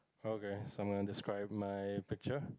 okay so I'm going to describe my picture